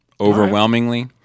overwhelmingly